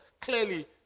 clearly